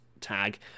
tag